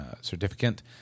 certificate